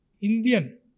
Indian